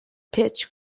pitch